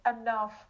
enough